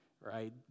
right